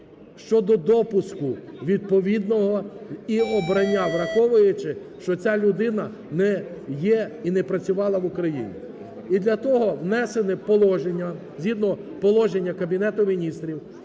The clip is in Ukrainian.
щодо допуску відповідного і обрання, враховуючи, що ця людина не є і не працювала в Україні. І для того внесене положення, згідно Положення Кабінету Міністрів